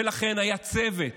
לכן היה צוות